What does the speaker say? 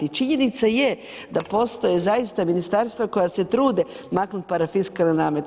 I činjenica je da postoje zaista ministarstva koja se trude maknuti parafiskalne namete.